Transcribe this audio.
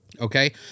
okay